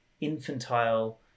infantile